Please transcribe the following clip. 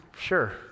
Sure